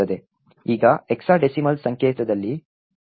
ಈಗ ಹೆಕ್ಸಾಡೆಸಿಮಲ್ ಸಂಕೇತದಲ್ಲಿ 2 ಕ್ಕೆ ASCII ಮೌಲ್ಯ 32